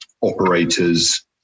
operators